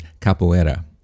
capoeira